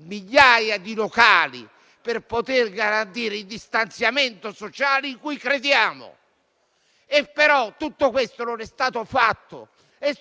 migliaia di locali per garantire il distanziamento sociale, in cui crediamo. Però tutto questo non è stato fatto e